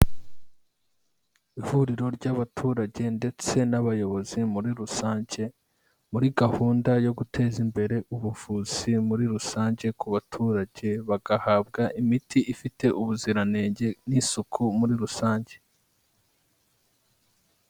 Ihuriro ry'abaturage ndetse n'abayobozi muri rusange, muri gahunda yo guteza imbere ubuvuzi muri rusange ku baturage, bagahabwa imiti ifite ubuziranenge n'isuku muri rusange.